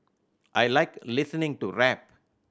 I like listening to rap